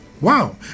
Wow